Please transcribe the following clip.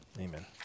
Amen